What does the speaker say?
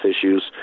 issues